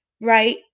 right